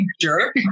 jerk